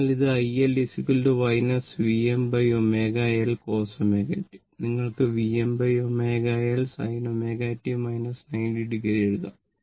അതിനാൽ ഇത് iL Vmω L cos ωt നിങ്ങൾക്ക് Vmω L sin ω t 90 o എഴുതാം